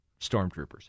stormtroopers